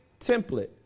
template